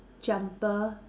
jumper